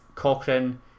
Cochrane